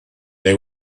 they